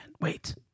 Wait